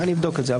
אני אבדוק את זה.